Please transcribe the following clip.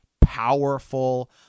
powerful